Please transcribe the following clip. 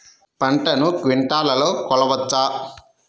పంటను క్వింటాల్లలో కొలవచ్చా?